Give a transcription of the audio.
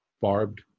barbed